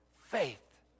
faith